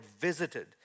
visited